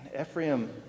Ephraim